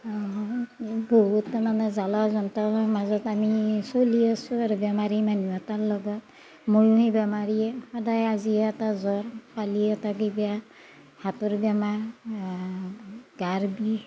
বহুত মানে জ্বালা যন্ত্ৰণাৰ মাজত আমি চলি আছোঁ আৰু বেমাৰী মানুহ এটাৰ লগত ময়ো বেমাৰীয়ে সদায় আজি এটা জ্বৰ কালি এটা কিবা হাতৰ বেমাৰ গাৰ বিষ